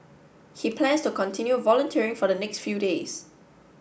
he plans to continue volunteering for the next few days